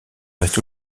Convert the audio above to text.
reste